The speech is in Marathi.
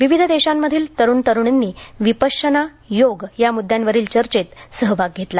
विविध देशांमधील तरुण तरुणींनी विपश्यना योग या मुद्द्यांवरील चर्चेत सहभाग घेतला